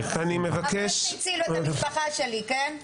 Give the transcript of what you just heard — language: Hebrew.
חבל שהצילו את המשפחה שלי, כן?